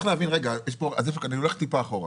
צריך להבין, ואני הולך טיפה אחורה.